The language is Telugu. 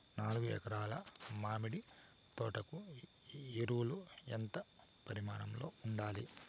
నాలుగు ఎకరా ల మామిడి తోట కు ఎరువులు ఎంత పరిమాణం లో ఉండాలి?